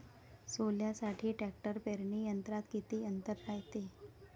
सोल्यासाठी ट्रॅक्टर पेरणी यंत्रात किती अंतर रायते?